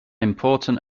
important